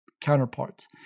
counterparts